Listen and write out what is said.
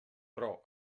però